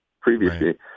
previously